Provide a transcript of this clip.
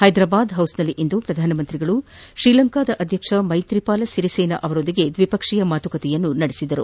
ಹೈದ್ರಾಬಾದ್ ಹೌಸ್ನಲ್ಲಿಂದು ಪ್ರಧಾನಿಯವರು ಶ್ರೀಲಂಕಾ ಅಧ್ಯಕ್ಷ ಮೈತ್ರಿಪಾಲ ಸಿರಿಸೇನಾ ಅವರೊಂದಿಗೆ ದ್ವಿಪಕ್ಷೀಯ ಮಾತುಕತೆ ನಡೆಸಿದರು